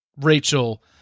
Rachel